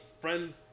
friends